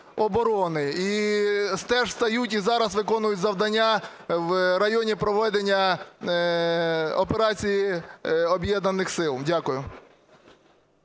і теж стають і зараз виконують завдання в районі проведення операції Об'єднаних сил. Дякую.